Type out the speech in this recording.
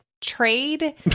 trade